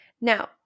Now